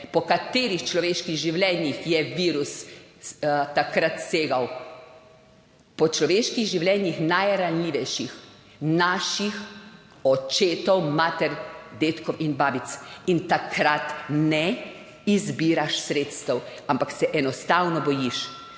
po katerih človeških življenjih je virus takrat segal po človeških življenjih najranljivejših, naših očetov, mater, dedkov in babic. In takrat ne izbiraš sredstev, ampak se enostavno bojiš.